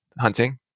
hunting